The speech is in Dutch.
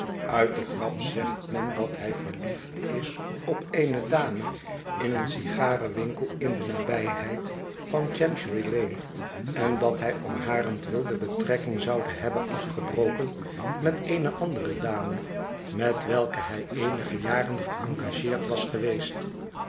uit de grap zegt men dat hij verliefd is op eene dame in een sigarenwinkel in de nabijheid van chancery lane en dat hij om harentwil de betrekking zoude hebben afgebroken met eene andere dame met welke hij eenige jaren geëngageerd was geweest